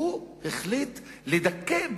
שהוא החליט לדכא,